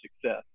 success